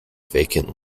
vacant